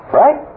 right